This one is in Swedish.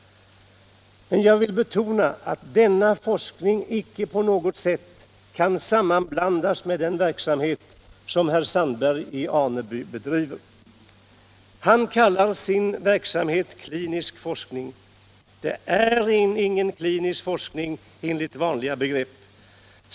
Men jag vill betona att denna forskning icke på något sätt kan sammanblandas med den verksamhet som herr Sandberg bedriver. Han kallar sin verksamhet för klinisk forskning. Det är ingen klinisk forskning enligt gängse begrepp.